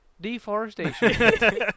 deforestation